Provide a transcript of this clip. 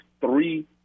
three